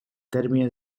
termine